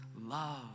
love